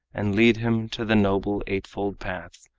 and lead him to the noble eightfold path,